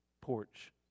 porch